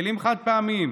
כלים חד-פעמיים,